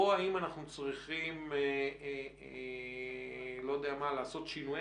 או האם אנחנו צריכים לעשות שינויי